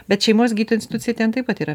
bet šeimos gydytojo institucija ten taip pat yra